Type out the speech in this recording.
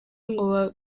ngo